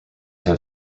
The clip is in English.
have